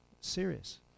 Serious